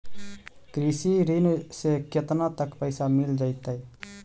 कृषि ऋण से केतना तक पैसा मिल जइतै?